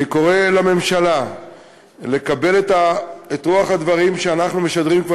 אני קורא לממשלה לקבל את רוח הדברים שאנחנו משדרים כבר